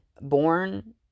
Born